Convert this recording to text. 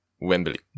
Wembley